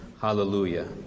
Hallelujah